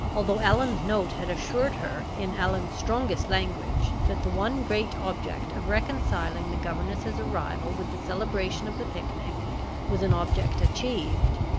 although allan's note had assured her, in allan's strongest language, that the one great object of reconciling the governess's arrival with the celebration of the picnic was an object achieved,